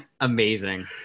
amazing